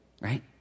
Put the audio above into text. Right